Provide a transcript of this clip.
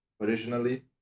originally